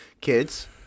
kids